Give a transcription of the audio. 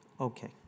Okay